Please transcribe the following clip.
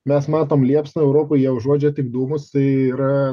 mes matom liepsną europoj jie užuodžia tik dūmus tai yra